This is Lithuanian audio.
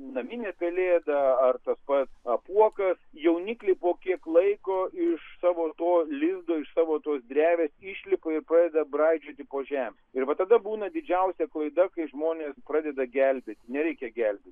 naminė pelėda ar tas pats apuokas jaunikliai po kiek laiko iš savo to lizdo iš savo tos drevės išlipa ir padeda braidžioti po žemę ir va tada būna didžiausia klaida kai žmonės pradeda gelbėti nereikia gelbėti